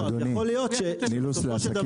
אדוני, "נילוס לעסקים"